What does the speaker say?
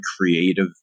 creative